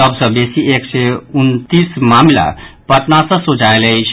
सभ सँ बेसी एक सय उनतीस मामिला पटना सँ सोझा आयल अछि